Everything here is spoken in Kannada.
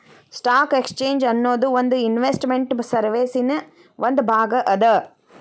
ಸ್ಟಾಕ್ ಎಕ್ಸ್ಚೇಂಜ್ ಅನ್ನೊದು ಒಂದ್ ಇನ್ವೆಸ್ಟ್ ಮೆಂಟ್ ಸರ್ವೇಸಿನ್ ಒಂದ್ ಭಾಗ ಅದ